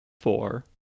four